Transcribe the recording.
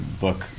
book